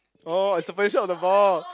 oh it's the position of the ball